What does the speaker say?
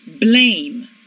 blame